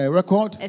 record